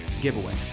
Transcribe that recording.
giveaway